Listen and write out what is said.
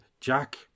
Jack